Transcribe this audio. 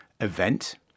event